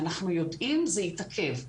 אנחנו יודעים, זה התעכב.